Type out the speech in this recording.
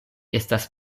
estas